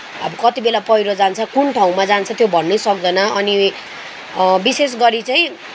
अब कतिबेला पहिरो जान्छ कुन ठाउँमा जान्छ त्यो भन्नै सक्दैन अनि विशेष गरी चाहिँ